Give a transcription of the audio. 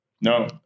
No